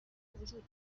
وجود